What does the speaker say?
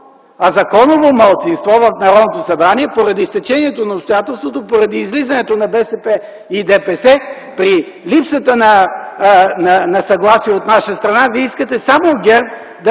а законово малцинство в Народното събрание, поради стечението на обстоятелството, поради излизането на БСП и ДПС, при липсата на съгласие от наша страна, да искате само ГЕРБ да